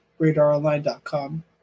RadarOnline.com